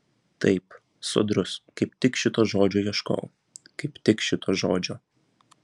taip sodrus kaip tik šito žodžio ieškojau kaip tik šito žodžio